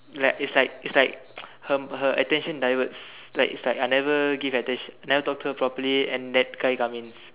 like it's like it's like her her attention diverts like it's like I never give attention never talk to her properly and that guy come in